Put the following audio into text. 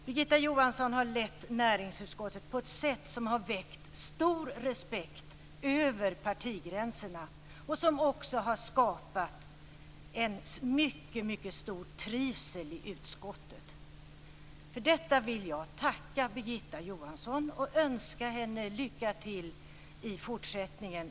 Birgitta Johansson har lett näringsutskottet på ett sätt som har väckt stor respekt över partigränserna och som också har skapat en mycket stor trivsel i utskottet. För detta vill jag tacka Birgitta Johansson och önska henne lycka till i fortsättningen.